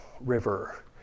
River